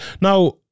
now